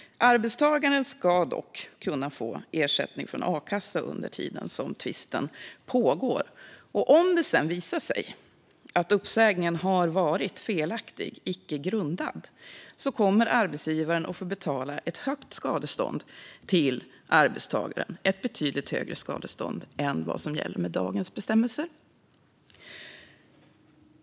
Arbetstagaren ska dock kunna få ersättning från A-kassa under tiden som tvisten pågår. Om det sedan visar sig att uppsägningen har varit felaktig, icke grundad, kommer arbetsgivaren att få betala ett högt skadestånd till arbetstagaren - ett betydligt högre skadestånd än vad som gäller med dagens bestämmelse.